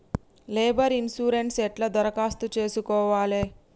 Labour insurance ఎట్ల దరఖాస్తు చేసుకోవాలే?